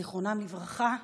זיכרונם לברכה,